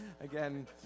Again